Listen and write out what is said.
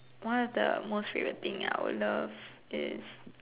one of the most favourite thing I would love is